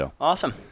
Awesome